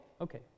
Okay